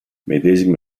medesime